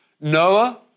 Noah